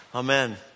Amen